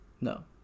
No